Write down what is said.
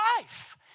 life